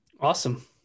awesome